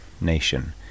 nation